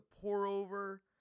pour-over